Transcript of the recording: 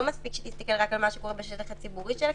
מספיק שתסתכל רק על מה שקורה בשטח הציבורי של הקניון,